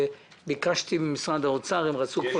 שביקשתי ממשרד האוצר --- גפני,